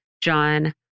John